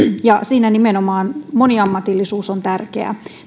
siinä nimenomaan moniammatillisuus on tärkeää